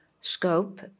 scope